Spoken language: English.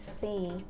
see